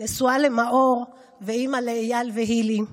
נשואה למאור ואימא לאייל והילי,